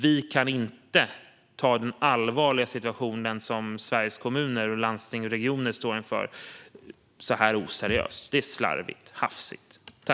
Vi kan inte ta den allvarliga situation som Sveriges kommuner, landsting och regioner står inför så här oseriöst. Det är slarvigt och hafsigt!